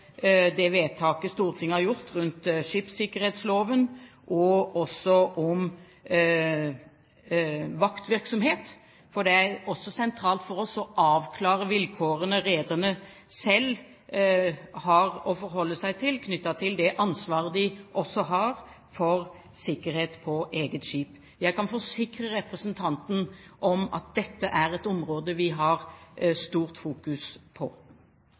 det vedtaket Stortinget har gjort rundt skipssikkerhetsloven og om vaktvirksomhet. Det er sentralt for oss å avklare de vilkårene rederne selv har å forholde seg til, knyttet til det ansvaret de også har for sikkerhet på eget skip. Jeg kan forsikre representanten om at dette er et område vi har stort fokus på.